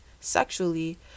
sexually